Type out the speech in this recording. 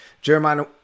Jeremiah